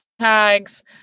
Tags